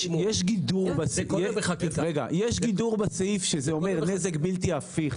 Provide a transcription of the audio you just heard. יש גידור בסעיף שזה אומר נזק בלתי הפיך